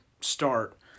start